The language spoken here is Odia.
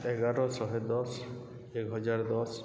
ଏଗାର ଶହେ ଦଶ ଏକ ହଜାର ଦଶ